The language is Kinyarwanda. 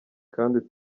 kandi